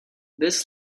this